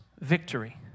victory